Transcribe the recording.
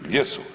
Gdje su?